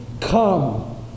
come